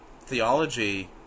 theology